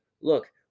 look